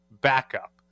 backup